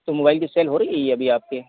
तो मोबाइल की सेल हो रही है ये अभी आपके